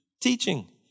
teaching